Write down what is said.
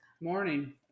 Morning